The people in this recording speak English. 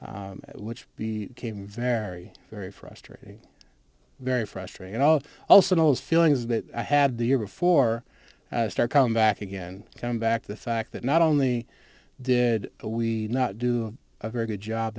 which he came very very frustrating very frustrating all also those feelings that i had the year before i start come back again come back the fact that not only did we not do a very good job